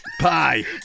pie